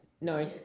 no